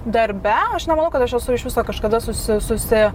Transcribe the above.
darbe aš nemanau kad aš esu iš viso kažkada susi susi